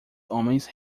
homens